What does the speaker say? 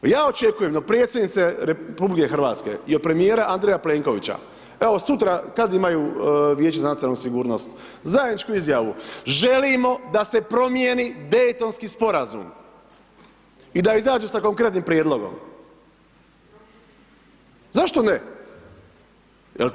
Ja očekujem od predsjednice RH i premijera Andreja Plenkovića, evo sutra, kad imaju Vijeće za nacionalnu sigurnost, zajedničku izjavu, želimo da se promijeni Dejtonski Sporazum i da izađu sa konkretnim prijedlogom, zašto ne?